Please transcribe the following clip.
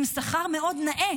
עם השכר המאוד נאה,